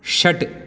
षट्